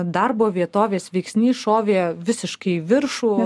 darbo vietovės veiksnys šovė visiškai į viršų